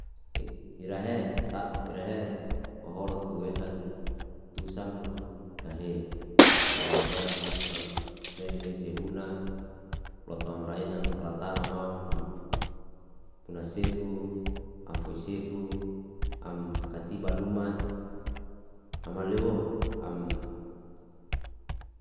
Ira he oholu tu esan tu samno kahe. Malaholem ifni ne mese huna lotom ra esan kalatana maun huna sefu, am foi sefu, am haka tiba luman ama le wo.